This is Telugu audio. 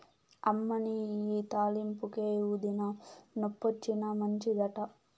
అమ్మనీ ఇయ్యి తాలింపుకే, ఊదినా, నొప్పొచ్చినా మంచిదట